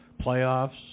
playoffs